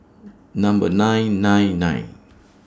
Number nine nine nine